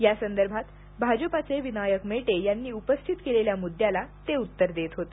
यासंदर्भात भाजपाचे विनायक मेटे यांनी उपस्थित केलेल्या मुद्द्याला ते उत्तर देत होते